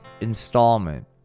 installment